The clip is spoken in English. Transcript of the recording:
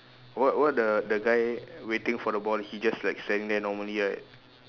what what the the guy waiting for the ball he just like standing there normally right